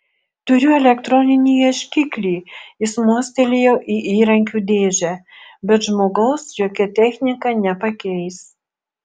turiu elektroninį ieškiklį jis mostelėjo į įrankių dėžę bet žmogaus jokia technika nepakeis